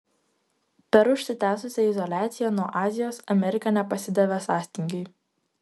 per užsitęsusią izoliaciją nuo azijos amerika nepasidavė sąstingiui